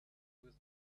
with